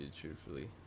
truthfully